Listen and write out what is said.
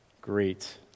great